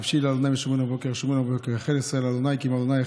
חוץ מאשר היותו מר ביטחון, הוא גם מר קורונה.